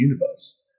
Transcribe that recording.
universe